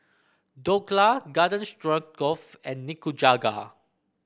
Dhokla Garden Stroganoff and Nikujaga